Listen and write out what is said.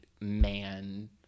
man